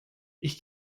ich